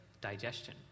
digestion